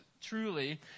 Truly